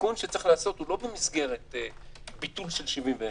התיקון הוא לא בביטול סעיף 71,